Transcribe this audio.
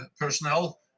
personnel